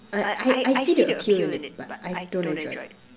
I I I see the appeal in it but I don't enjoy it